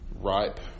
ripe